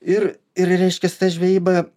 ir ir reiškias ta žvejyba